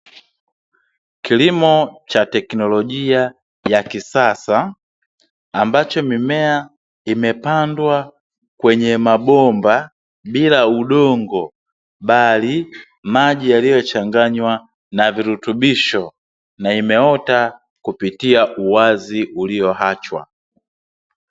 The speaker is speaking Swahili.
Kilimo cha teknolojia ya kisasa, ambacho mimea imepandwa kwenye mabomba bila udongo, bali maji yaliyochanganywa na virutubisho, na imeota kupitia uwazi ulioachwa.